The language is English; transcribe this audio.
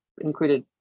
included